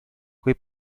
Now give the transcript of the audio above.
quei